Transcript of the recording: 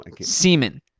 semen